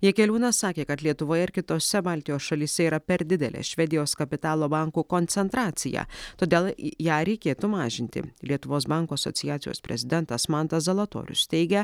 jakeliūnas sakė kad lietuvoje ir kitose baltijos šalyse yra per didelė švedijos kapitalo bankų koncentracija todėl ją reikėtų mažinti lietuvos bankų asociacijos prezidentas mantas zalatorius teigia